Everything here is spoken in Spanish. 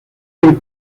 del